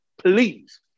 please